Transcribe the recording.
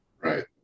Right